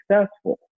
successful